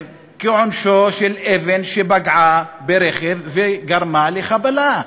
כעונשו של מיידה אבן שפגעה ברכב וגרמה לחבלה.